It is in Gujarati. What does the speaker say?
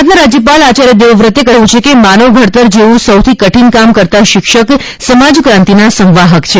ગુજરાતના રાજ્યપાલ આચાર્ય દેવવ્રતે કહ્યું છે કે માનવ ઘડતર જેવું સૌથી કઠીન કામ કરતા શિક્ષક સમાજ ક્રાંતિના સંવાહક છે